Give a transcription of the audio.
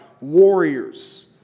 warriors